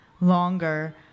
longer